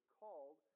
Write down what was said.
called